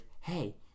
hey